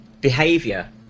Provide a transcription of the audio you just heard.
behavior